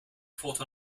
fought